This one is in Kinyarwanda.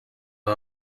ngo